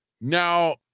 Now